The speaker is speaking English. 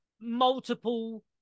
multiple